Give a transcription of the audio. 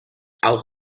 auch